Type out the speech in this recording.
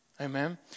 amen